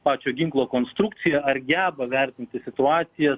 pačio ginklo konstrukciją ar geba vertinti situacijas